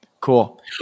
Cool